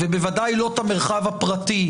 בוודאי לא את המרחב הפרטי,